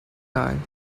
time